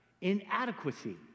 inadequacy